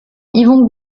yvon